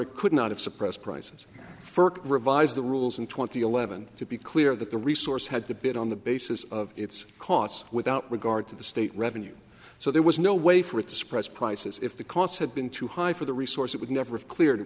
a could not have suppressed prices further revise the rules and twenty eleven to be clear that the resource had to bid on the basis of its costs without regard to the state revenues so there was no way for it to suppress prices if the costs had been too high for the resource it would never